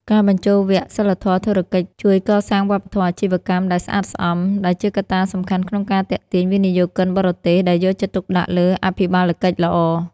ការបញ្ចូលវគ្គសីលធម៌ធុរកិច្ចជួយកសាងវប្បធម៌អាជីវកម្មដែលស្អាតស្អំ ដែលជាកត្តាសំខាន់ក្នុងការទាក់ទាញវិនិយោគិនបរទេសដែលយកចិត្តទុកដាក់លើអភិបាលកិច្ចល្អ។